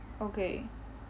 okay